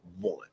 one